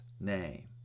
name